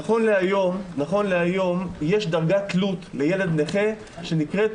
נכון להיום יש דרגת תלות לילד נכה שנקראת